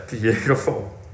beautiful